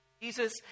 Jesus